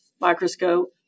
microscope